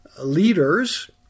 leaders